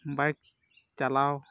ᱵᱟᱹᱭᱤᱠ ᱪᱟᱞᱟᱣ